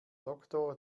doktor